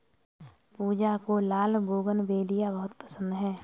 पूजा को लाल बोगनवेलिया बहुत पसंद है